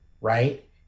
right